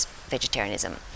vegetarianism